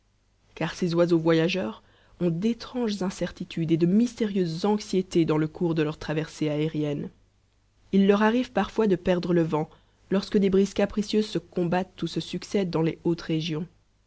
car ces oiseaux voyageurs ont d'étranges incertitudes et de mystérieuses anxiétés dans le cours de leur traversée aérienne il leur arrive parfois de perdre le vent lorsque des brises capricieuses se combattent ou se succèdent dans les hautes régions